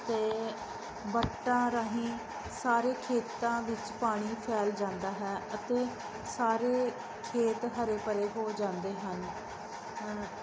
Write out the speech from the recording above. ਅਤੇ ਵੱਟਾਂ ਰਾਹੀਂ ਸਾਰੇ ਖੇਤਾਂ ਵਿੱਚ ਪਾਣੀ ਫੈਲ ਜਾਂਦਾ ਹੈ ਅਤੇ ਸਾਰੇ ਖੇਤ ਹਰੇ ਭਰੇ ਹੋ ਜਾਂਦੇ ਹਨ